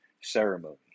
ceremony